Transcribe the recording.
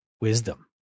Wisdom